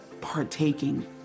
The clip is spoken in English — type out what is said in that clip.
partaking